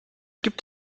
gibt